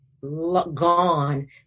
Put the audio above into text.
gone